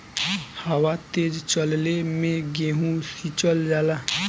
हवा तेज चलले मै गेहू सिचल जाला?